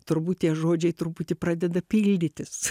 turbūt tie žodžiai truputį pradeda pildytis